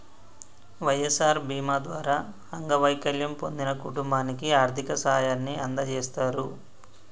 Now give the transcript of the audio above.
వై.ఎస్.ఆర్ బీమా ద్వారా అంగవైకల్యం పొందిన కుటుంబానికి ఆర్థిక సాయాన్ని అందజేస్తారు